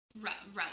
relevant